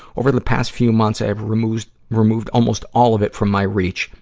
over the past few months, i have removed removed almost all of it from my reach,